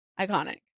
Iconic